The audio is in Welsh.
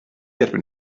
erbyn